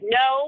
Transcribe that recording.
no